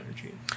energy